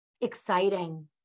exciting